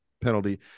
penalty